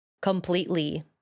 completely